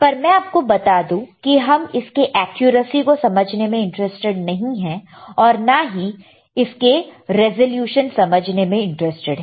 पर मैं आपको बता दूं कि हम इसके एक्यूरेसी को समझने में इंटरेस्टेड नहीं है ना ही इसके रिसॉल्यूशन समझने में इंटरेस्टेड है